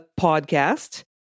podcast